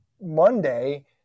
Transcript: Monday